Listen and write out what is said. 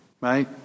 right